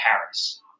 Paris